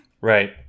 Right